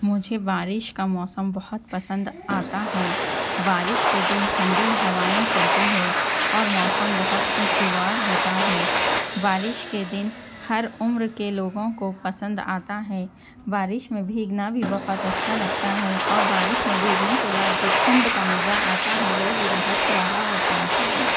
مجھے بارش کا موسم بہت پسند آتا ہے بارش کے دن ٹھنڈی ہوائیں چلتی ہے اور موسم بہت خوش گوار ہوتا ہے بارش کے دن ہر عمر کے لوگوں کو پسند آتا ہے بارش میں بھیگنا بھی بہت اچھا لگتا ہے اور بارش میں بھیگنے کے بعد جو ٹھنڈ کا مزہ آتا ہے وہ بھی بہت پیارا ہوتا ہے